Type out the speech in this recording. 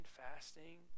fasting